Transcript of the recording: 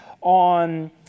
on